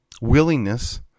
willingness